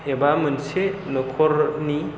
एबा मोनसे न'खरनि